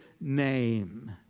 name